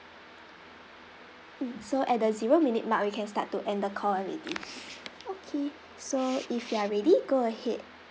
mm so at the zero minute mark we can start to end the call already okay so if you are ready go ahead